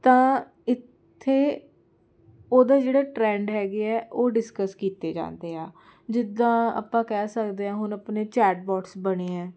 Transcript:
ਤਾਂ ਇੱਥੇ ਉਹਦਾ ਜਿਹੜਾ ਟਰੈਂਡ ਹੈਗੇ ਆ ਉਹ ਡਿਸਕਸ ਕੀਤੇ ਜਾਂਦੇ ਆ ਜਿੱਦਾਂ ਆਪਾਂ ਕਹਿ ਸਕਦੇ ਹਾਂ ਹੁਣ ਆਪਣੇ ਚੈਟ ਬੋਟਸ ਬਣੇ ਹੈ